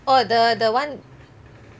oh oh the [one]